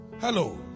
Hello